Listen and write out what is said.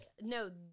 no